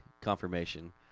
confirmation